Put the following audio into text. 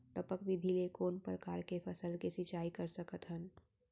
टपक विधि ले कोन परकार के फसल के सिंचाई कर सकत हन?